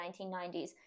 1990s